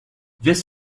this